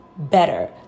better